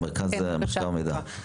מרכז המחקר והמידע.